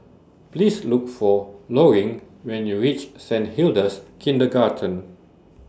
Please Look For Loring when YOU REACH Saint Hilda's Kindergarten